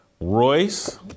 Royce